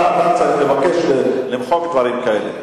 אתה צריך למחוק דברים כאלה.